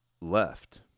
left